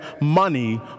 money